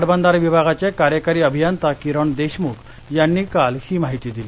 पाटबंधारे विभागाचे कार्यकारी अभियंता किरण देशमुख यांनी काल ही माहिती दिली